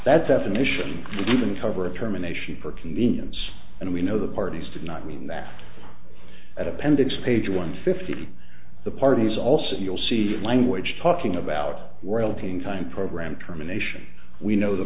that definition even cover a terminations for convenience and we know the parties did not mean that at appendix page one fifty the parties also you'll see language talking about we're helping time program terminations we know the